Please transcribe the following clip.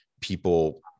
people